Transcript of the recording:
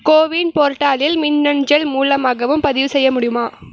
CoWIN போர்ட்டலில் மின்னஞ்சல் மூலமாகவும் பதிவுசெய்ய முடியுமா